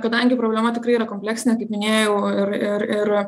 kadangi problema tikrai yra kompleksinė kaip minėjau ir ir ir